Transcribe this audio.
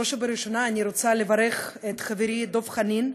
בראש ובראשונה אני רוצה לברך את חברי דב חנין,